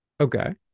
Okay